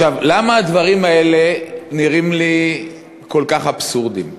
למה הדברים האלה נראים לי כל כך אבסורדיים?